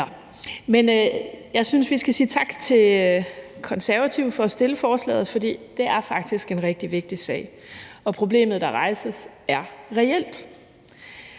Jeg synes, vi skal sige tak til Konservative for at fremsætte forslaget, fordi det faktisk er en rigtig vigtig sag og problemet, der rejses, er reelt.